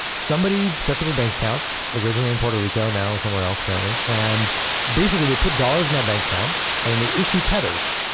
somebody sets up a bank account originally in puerto rico. now, somewhere else, apparently. and basically they put dollars in that bank account and and they issue tethers,